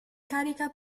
carica